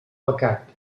pecat